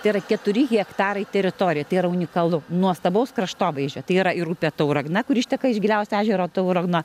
tai yra keturi hektarai teritorija tai yra unikalu nuostabaus kraštovaizdžio tai yra ir upė tauragna kur išteka iš giliausio ežero tauragno